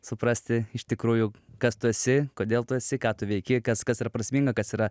suprasti iš tikrųjų kas tu esi kodėl tu esi ką tu veiki kas kas yra prasminga kas yra